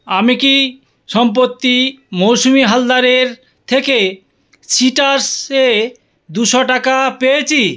আমি কি সম্প্রতি মৌসুমি হালদারের থেকে সিট্রাসে দুশো টাকা পেয়েছি